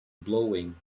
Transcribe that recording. blowing